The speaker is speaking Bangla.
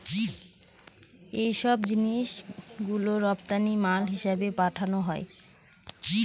এইসব জিনিস গুলো রপ্তানি মাল হিসেবে পাঠানো হয়